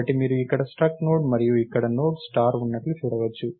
కాబట్టి మీరు ఇక్కడ స్ట్రక్ట్ నోడ్ మరియు ఇక్కడ నోడ్ స్టార్ ఉన్నట్లు చూడవచ్చు